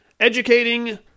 Educating